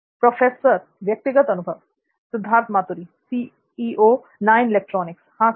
professor व्यक्तिगत अनुभव सिद्धार्थ मातुरी हां यही